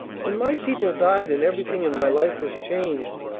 when my people died and everything in my life was changed,